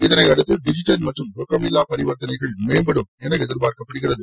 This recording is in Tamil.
இதனை அடுத்து டிஜிட்டல் மற்றும் ரொக்கமில்லா பரிவர்த்தனைகள் மேம்படும் என எதிர்பார்க்கப்படுகிறது